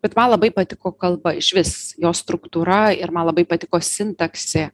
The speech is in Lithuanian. bet man labai patiko kalba išvis jos struktūra ir man labai patiko sintaksė